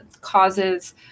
causes